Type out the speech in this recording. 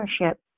ownership